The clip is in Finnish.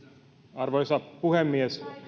arvoisa puhemies